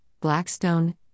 Blackstone